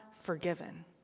forgiven